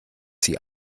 sie